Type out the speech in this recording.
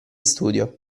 studio